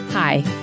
Hi